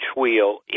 wheel